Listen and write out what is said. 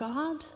God